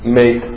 make